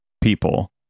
people